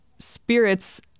spirits